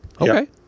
okay